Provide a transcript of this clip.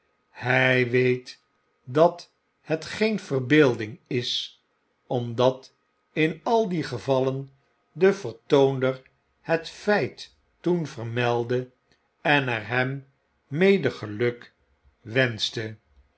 hg weet dat het geen verbeelding is omdat in al die gevallen de vertoonder het feit toen vermeldde en er hem mede geluk wenschte